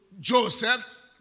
Joseph